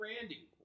Randy